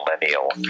millennial